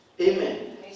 Amen